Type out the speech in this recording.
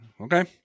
Okay